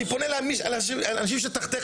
אני פונה לאנשים שתחתיך,